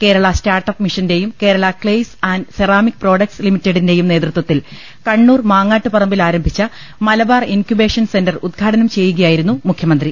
Kerala startup മിഷന്റെയും Kerala clays and ceramic products ലിമിറ്റഡിന്റെയും നേതൃത്വത്തിൽ കണ്ണൂർ മാങ്ങാട്ടുപറമ്പിൽ ആരംഭിച്ച മലബാർ ഇൻക്യുബേഷൻ സെന്റർ ഉദ്ഘാടനം ചെയ്യുകയായിരുന്നു മുഖ്യമന്ത്രി